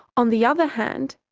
on the other hand,